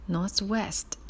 Northwest